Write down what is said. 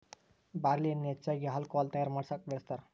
ಬಾರ್ಲಿಯನ್ನಾ ಹೆಚ್ಚಾಗಿ ಹಾಲ್ಕೊಹಾಲ್ ತಯಾರಾ ಮಾಡಾಕ ಬಳ್ಸತಾರ